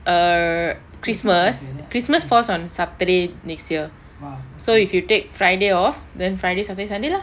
err christmas christmas falls on saturday next year so if you take friday off then friday saturday sunday lah